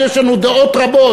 ויש לנו דעות רבות.